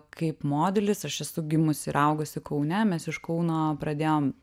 kaip modelis aš esu gimusi ir augusi kaune mes iš kauno pradėjom